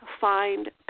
find